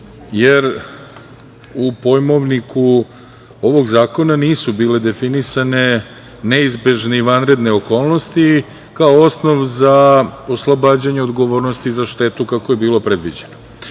jer u pojmovniku ovog zakona nisu bile definisane neizbežne i vanredne okolnosti kao osnov za oslobađanje odgovornosti za štetu, kako je bilo predviđeno. Činjenica